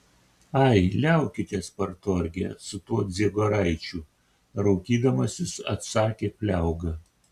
ai liaukitės partorge su tuo dziegoraičiu raukydamasis atsakė pliauga